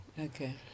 Okay